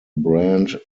brand